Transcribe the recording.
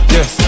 Yes